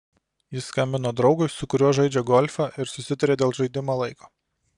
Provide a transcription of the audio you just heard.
jis skambino draugui su kuriuo žaidžia golfą ir susitarė dėl žaidimo laiko